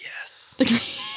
Yes